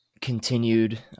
continued